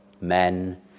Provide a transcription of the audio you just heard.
men